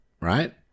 right